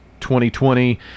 2020